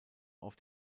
auf